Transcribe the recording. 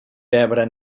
pebre